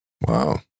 Wow